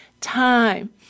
time